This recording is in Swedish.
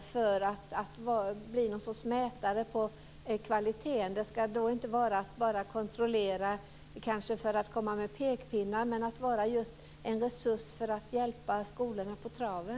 för att man ska kunna mäta kvaliteten. Skolinspektörerna skulle då inte kontrollera bara för att komma med pekpinnar, utan de skulle vara en resurs för att hjälpa skolorna på traven.